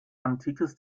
antikes